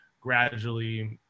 gradually